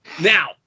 Now